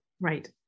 Right